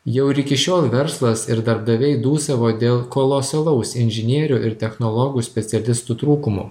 jau ir iki šiol verslas ir darbdaviai dūsavo dėl kolosalaus inžinierių ir technologų specialistų trūkumo